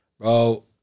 Bro